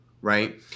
right